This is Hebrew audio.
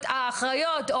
להיות האחראיות,